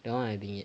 that one I bingit